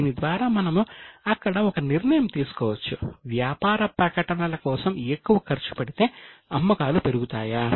దీని ద్వారా మనము అక్కడ ఒక నిర్ణయం తీసుకోవచ్చు వ్యాపార ప్రకటనల కోసం ఎక్కువ ఖర్చు పెడితే అమ్మకాలు పెరుగుతాయా